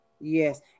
Yes